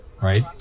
right